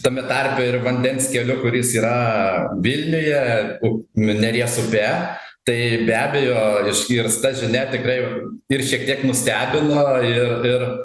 tame tarpe ir vandens keliu kuris yra vilniuje neries upe tai be abejo išgirsta žinia tikrai ir šiek tiek nustebino ir ir